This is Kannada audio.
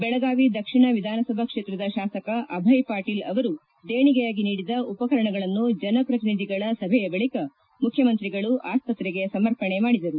ಬೆಳಗಾವಿ ದಕ್ಷಿಣ ವಿಧಾನಸಭಾ ಕ್ಷೇತ್ರದ ಶಾಸಕ ಅಭಯ್ ಪಾಟೀಲ್ ಅವರು ದೇಣಿಗೆಯಾಗಿ ನೀಡಿದ ಉಪಕರಣಗಳನ್ನು ಜನಪ್ರತಿನಿಧಿಗಳ ಸಭೆಯ ಬಳಿಕ ಮುಖ್ಚಮಂತ್ರಿಗಳು ಆಸ್ಪತ್ತೆಗೆ ಸಮರ್ಪಣೆ ಮಾಡಿದರು